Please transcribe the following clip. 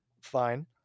fine